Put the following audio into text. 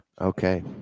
Okay